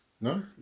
No